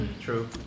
True